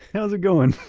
how's it going!